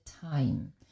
time